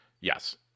Yes